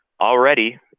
already